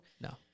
No